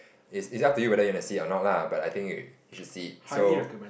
is is up to you whether you want to see it or not lah but I think you you should see it so